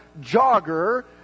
jogger